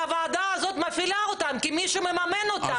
שהוועדה הזאת מפעילה אותם כי מישהו מממן אותם.